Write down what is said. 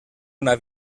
una